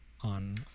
on